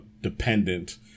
dependent